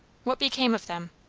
what became of them?